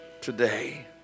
today